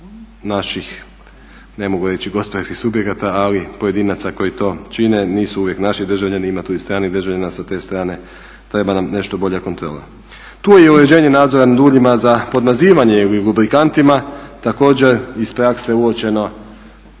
naših, ne mogu reći gospodarskih subjekata ali pojedinaca koji to čine, nisu uvijek naši državljani, ima tu i stranih državljana sa te strane, treba nam nešto bolja kontrola. Tu je i uređenje nadzora nad uljima za podmazivanje ili lubrikantima, također iz prakse je uočeno